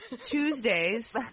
Tuesdays